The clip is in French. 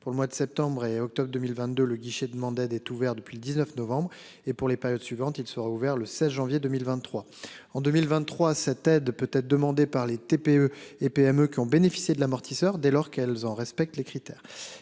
pour le mois de septembre et octobre 2022, le guichet demandait d'être ouvert depuis le 19 novembre et pour les périodes suivantes, il sera ouvert le 7 janvier 2023. En 2023, cette aide peut être demandée par les TPE et PME qui ont bénéficié de l'amortisseur dès lors qu'elles ont respecte les critères